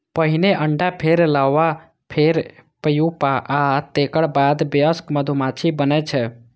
पहिने अंडा, फेर लार्वा, फेर प्यूपा आ तेकर बाद वयस्क मधुमाछी बनै छै